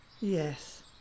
Yes